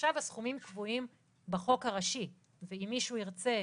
עכשיו הסכומים קבועים בחוק הראשי, ואם מישהו ירצה